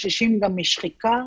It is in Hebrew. חוששים משחיקה.